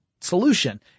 solution